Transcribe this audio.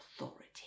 authority